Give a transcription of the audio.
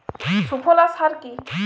সুফলা সার কি?